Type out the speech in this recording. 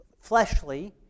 fleshly